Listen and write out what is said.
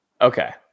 Okay